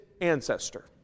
ancestor